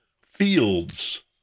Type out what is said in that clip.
fields